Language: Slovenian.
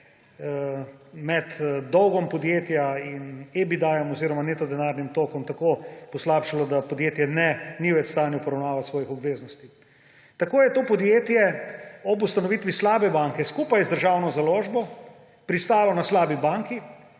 med dolgom podjetja in EBITDA-jem oziroma neto denarnim tokom se je tako poslabšalo, da podjetje ni več v stanju poravnavati svojih obveznosti. Tako je to podjetje ob ustanovitvi slabe banke, skupaj z Državno založbo, pristalo na slabi banki